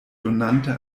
donante